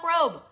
robe